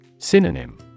Synonym